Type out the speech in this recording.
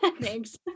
Thanks